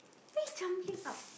why you jumbling up